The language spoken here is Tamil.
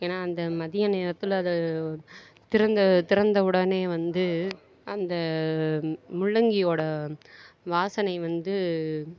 ஏன்னா அந்த மதிய நேரத்தில் அது திறந்த திறந்த உடனே வந்து அந்த முள்ளங்கியோடய வாசனை வந்து